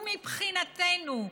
ומבחינתנו,